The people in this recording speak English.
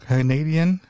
Canadian